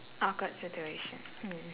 awkward situation mm